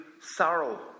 sorrow